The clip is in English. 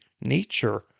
nature